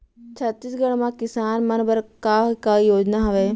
छत्तीसगढ़ म किसान मन बर का का योजनाएं हवय?